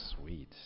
sweet